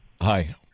Hi